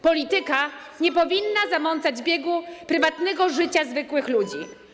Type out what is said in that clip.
Polityka nie powinna zamącać biegu prywatnego życia zwykłych ludzi.